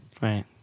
Right